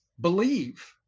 believe